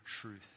truth